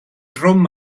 drwm